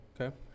Okay